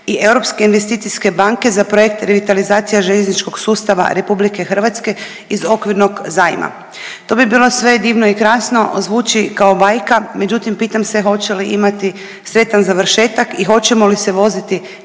i Europske investicijske banke za projekt „Revitalizacija željezničkog sustava RH“ iz okvirnog zajma. To bi bilo sve divno i krasno, zvuči kao bajka međutim pitam se hoće li imati sretan završetak i hoćemo li se voziti